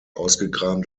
ausgegraben